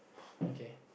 okay